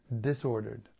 disordered